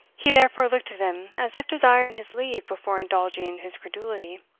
he therefore looked at him as if desiring his leave before indulging his credulity.